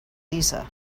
lisa